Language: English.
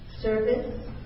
Service